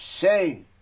Say